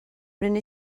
rinne